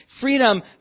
freedom